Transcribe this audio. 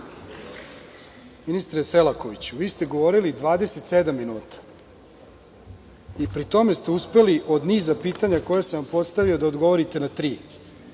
Ministre Selakoviću, vi ste govorili 27 minuta i pri tome ste uspeli od niza pitanja koja sam vam postavio, da odgovorite na tri,